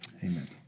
Amen